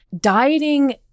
dieting